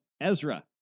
Ezra